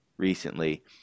recently